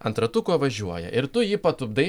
ant ratuko važiuoja ir tu jį patupdai